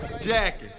jacket